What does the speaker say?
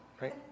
Right